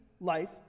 life